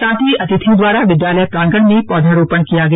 साथ ही अतिथियों द्वारा विद्यालय प्रांगण में पौधा रोपण किया गया